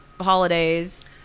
holidays